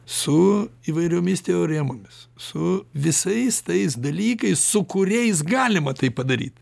su įvairiomis teoremomis su visais tais dalykais su kuriais galima tai padaryti